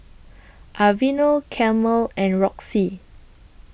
Aveeno Camel and Roxy